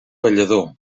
ballador